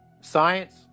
science